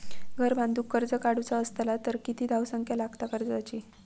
घर बांधूक कर्ज काढूचा असला तर किती धावसंख्या लागता कर्जाची?